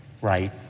right